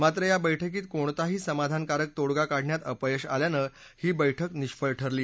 मात्र या बैठकीत कोणताही समाधानकारक तोडगा काढण्यात अपयश आल्यानं ही बैठक निष्फळ ठरली